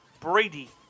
Brady